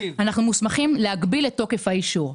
אנחנו מוסמכים להגביל את תוקף האישור.